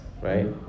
right